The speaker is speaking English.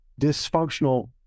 dysfunctional